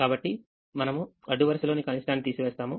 కాబట్టి మనంఅడ్డు వరుస లోనికనిష్టాన్ని తీసివేస్తాము